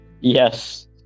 Yes